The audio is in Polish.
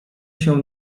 się